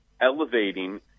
elevating